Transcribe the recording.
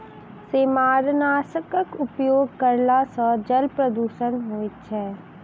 सेमारनाशकक उपयोग करला सॅ जल प्रदूषण होइत छै